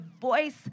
voice